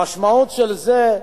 המשמעות של זה,